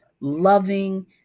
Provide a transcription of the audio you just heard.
loving